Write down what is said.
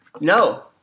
No